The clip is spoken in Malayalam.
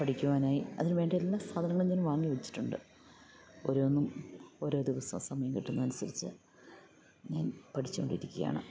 പഠിക്കുവാനായി അതിന് വേണ്ടി എല്ലാ സാധനങ്ങളും ഞാൻ വാങ്ങി വെച്ചിട്ടുണ്ട് ഓരോന്നും ഓരോ ദിവസം സമയം കിട്ടുന്നതിനനുസരിച്ച് ഞാൻ പഠിച്ചുകൊണ്ടിരിക്കുകയാണ്